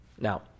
Now